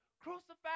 crucified